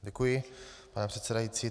Děkuji, pane předsedající.